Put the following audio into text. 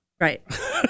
Right